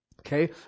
Okay